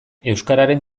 euskararen